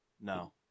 No